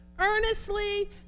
earnestly